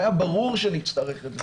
והיה ברור שנצטרך את זה.